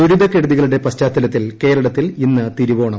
ദുരിതക്കെടുതികളുടെ പശ്ചാത്തലത്തിൽ കേരളത്തിൽ ഇന്ന് തിരുവോണം